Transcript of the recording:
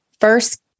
first